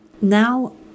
now